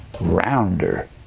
rounder